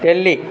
Delhi